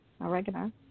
oregano